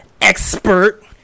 expert